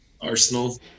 Arsenal